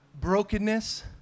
brokenness